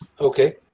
Okay